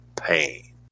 pain